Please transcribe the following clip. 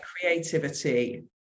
creativity